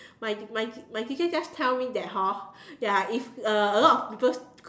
my my my teacher just tell me that hor ya it's uh a lot of people